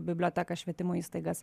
bibliotekas švietimo įstaigas